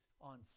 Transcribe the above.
on